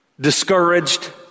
discouraged